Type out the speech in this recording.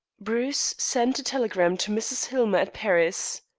bruce sent a telegram to mrs. hillmer at paris.